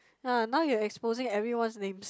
ya now you exposing everyone's names